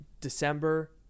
December